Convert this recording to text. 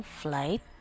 flight